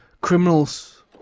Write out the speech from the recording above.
criminals